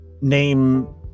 name